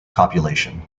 copulation